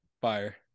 Fire